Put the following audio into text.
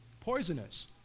poisonous